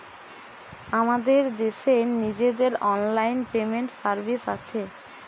আমাদের দেশের নিজেদের অনলাইন পেমেন্ট সার্ভিস আছে